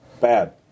Bad